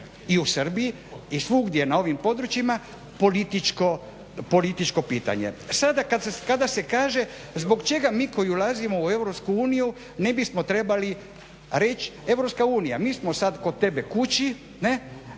i u Srbiji i svugdje na ovim područjima političko, političko pitanje. Sada kada se kaže zbog čega mi koji ulazimo u Europsku uniju ne bismo trebali reći, Europska unija, mi smo sada kod tebe kući, neka